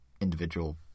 individual